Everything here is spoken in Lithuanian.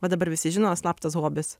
va dabar visi žinos slaptas hobis